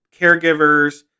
caregivers